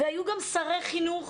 היו גם שרי חינוך